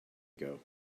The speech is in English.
ago